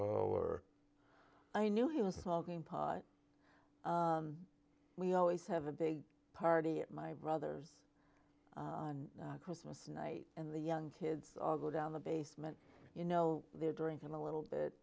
or i knew he was talking part we always have a big party at my brother's christmas night in the young kids all go down the basement you know they're drinking a little bit